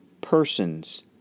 persons